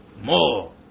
more